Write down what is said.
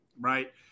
right